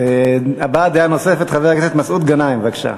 הבעת דעה נוספת, חבר הכנסת מסעוד גנאים, בבקשה.